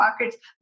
markets